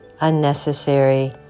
unnecessary